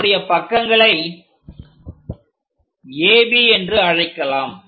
அதனுடைய பக்கங்களை AB என்று அழைக்கலாம்